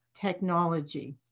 technology